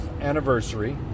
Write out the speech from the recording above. anniversary